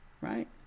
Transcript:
Right